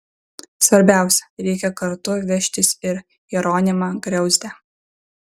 svarbiausia reikia kartu vežtis ir jeronimą griauzdę